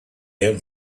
him